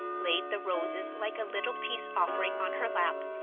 laid the roses like a little peace offering on her lap,